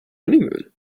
honeymoon